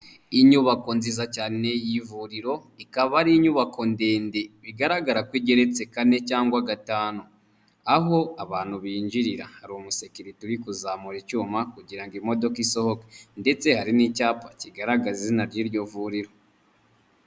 Inyubako nziza cyane y'ivuriro ikaba ari inyubako ndende bigaragara ko igeretse kane cyangwa gatanu aho abantu binjirira hari umusekeri turi kuzamura icyuma kugira ngo imodoka isohoke ndetse hari n'icyapa kigaragaza izina ry'iryo vuriro.